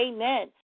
amen